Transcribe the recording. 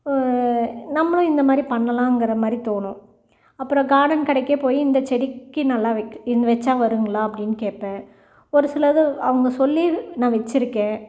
நம்மளும் இந்த மாதிரி பண்ணலாங்கிற மாதிரி தோணும் அப்புறம் கார்டன் கடைக்கே போயி இந்த செடிக்கு நல்லா இது வச்சா வருங்களா அப்படின்னு கேட்பேன் ஒரு சிலது அவங்க சொல்லி நான் வச்சிருக்கேன்